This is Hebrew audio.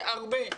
והרבה,